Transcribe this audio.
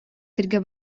сиргэ